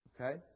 Okay